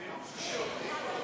אז ביום שישי עובדים או,